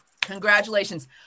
Congratulations